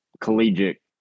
collegiate